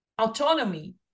autonomy